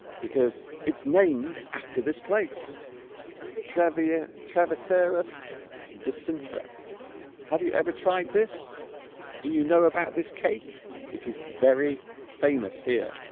because it's named after this place travis travis heiress de sintra have you ever tried this do you know about this cake it is very famous here